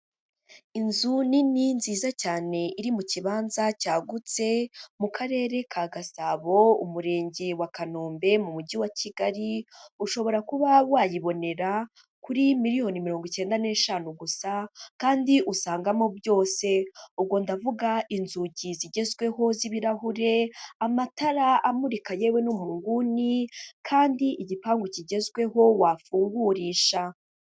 Inzu nini, nziza cyane iri mu kibanza cyagutse, mu karere ka Gasabo, umurenge wa Kanombe, mu mujyi wa Kigali, ushobora kuba wayibonera kuri miliyoni mirongo icyenda n'eshanu gusa kandi usangamo byose. Ubwo ndavuga inzugi zigezweho z'ibirahure, amatara amurika yewe no mu nguni kandi igipangu kigezweho wafungurisha.